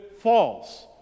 false